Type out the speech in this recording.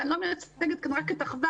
ואני מייצגת כאן לא רק את אחווה,